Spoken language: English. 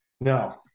No